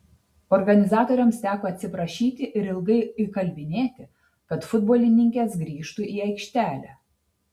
organizatoriams teko atsiprašyti ir ilgai įkalbinėti kad futbolininkės grįžtų į aikštelę